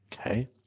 Okay